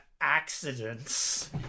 accidents